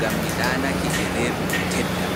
gam mi ɗaanake e reedu ndu tedda.